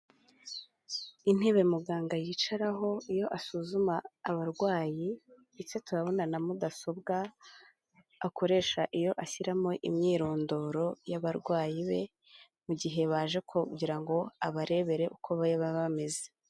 Intebe muganga yicaraho iyo asuzuma abarwayi ndetse turabona na mudasobwa akoresha iyo ashyiramo imyirondoro y'abarwayi be, mu gihe baje kugira ngo abarebere uko baba bameze.